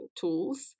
tools